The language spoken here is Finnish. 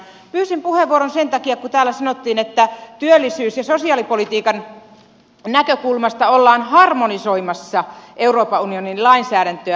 pyysin puheenvuoron sen takia kun täällä sanottiin että työllisyys ja sosiaalipolitiikan näkökulmasta ollaan harmonisoimassa euroopan unionin lainsäädäntöä